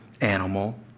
animal